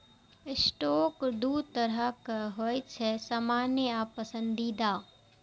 stock दू तरहक होइ छै, सामान्य आ पसंदीदा